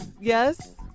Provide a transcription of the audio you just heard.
Yes